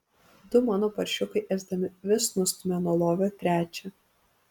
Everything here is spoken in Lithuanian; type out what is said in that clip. du mano paršiukai ėsdami vis nustumia nuo lovio trečią